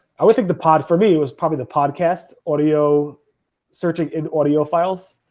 i would think the pod for me was probably the podcast, audio searching in audio files,